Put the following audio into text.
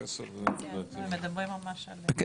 אתה